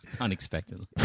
unexpectedly